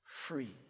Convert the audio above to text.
free